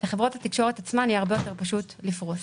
לחברות התקשורת עצמן יהיה הרבה יותר פשוט לפרוס.